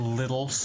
little